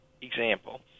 example